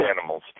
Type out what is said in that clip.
animals